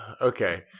Okay